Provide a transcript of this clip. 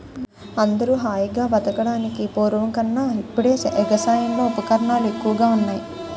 అందరూ హాయిగా బతకడానికి పూర్వం కన్నా ఇప్పుడే ఎగసాయంలో ఉపకరణాలు ఎక్కువగా ఉన్నాయ్